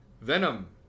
Venom